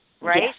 Right